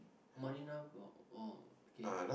marina oh oh okay